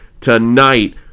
tonight